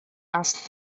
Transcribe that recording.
asked